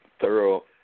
thorough